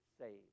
saved